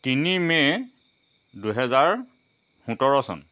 তিনি মে' দুহেজাৰ সোতৰ চন